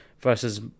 versus